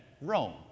Rome